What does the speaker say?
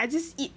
I just eat